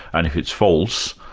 and if it's false,